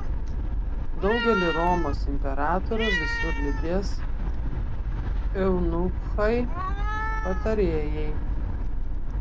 daugelį romos imperatorių visur lydės eunuchai patarėjai